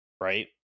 right